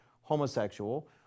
homosexual